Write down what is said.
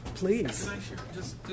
Please